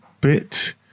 bit